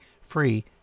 free